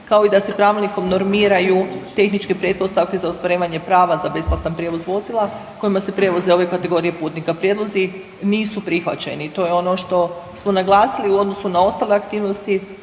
Kao i da se pravilnikom normiraju tehničke pretpostavke za ostvarivanje prava za besplatan prijevoz vozila kojima se prevoze ove kategorije putnika. Prijedlozi nisu prihvaćeni, to je ono što smo naglasili u odnosu na ostale aktivnosti.